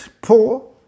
poor